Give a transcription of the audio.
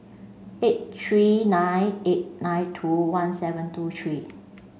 eight three nine eight nine two one seven two three